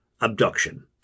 abduction